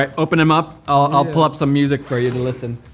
ah open them up. i'll pull up some music for you to listen.